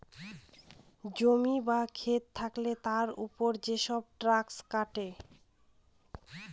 জমি বা খেত থাকলে তার উপর যেসব ট্যাক্স কাটে